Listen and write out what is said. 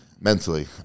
mentally